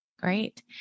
Great